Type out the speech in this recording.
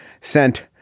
sent